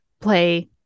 play